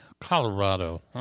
Colorado